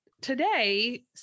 Today